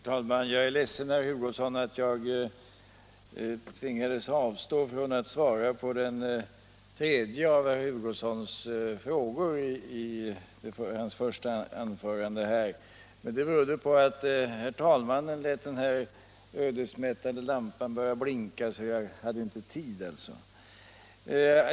Herr talman! Jag är ledsen att jag tvingades avstå från att svara på den tredje frågan i herr Hugossons första anförande. Det berodde på att herr talmannen lät den här ödesmättade lampan blinka, så jag inte fick tid.